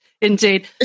Indeed